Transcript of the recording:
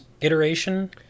iteration